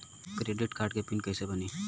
Credit card के pin कैसे बनी?